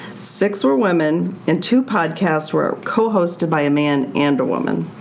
six were women, and two podcasts were co-hosted by a man and a woman.